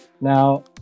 now